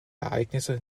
ereignisse